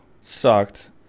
Sucked